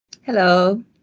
Hello